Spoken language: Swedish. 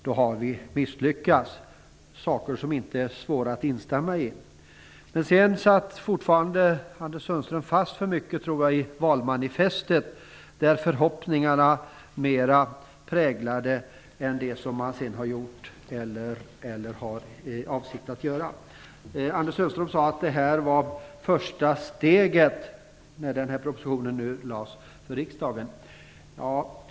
Det är svårt att inte instämma i dessa påståenden. Men sedan tror jag att Anders Sundström för mycket satt fast i valmanifestet. Det som han sade präglades mera av förhoppningar än av sådant som man har gjort eller har för avsikt att göra. Anders Sundström sade att den proposition som lagts fram för riksdagen var det första steget.